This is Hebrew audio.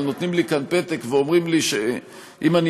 אבל נותנים לי כאן פתק ואומרים לי שאם אני